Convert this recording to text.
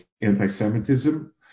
anti-Semitism